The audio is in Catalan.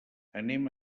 anem